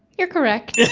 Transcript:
you're correct.